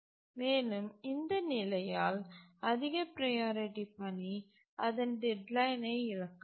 மேலும் இந்த நிலையால் அதிக ப்ரையாரிட்டி பணி அதன் டெட்லைன் ஐ இழக்கலாம்